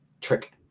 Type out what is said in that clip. trick